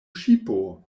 ŝipo